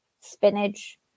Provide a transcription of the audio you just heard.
spinach